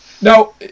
Now